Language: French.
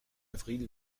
avril